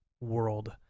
world